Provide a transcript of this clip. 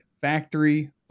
Factory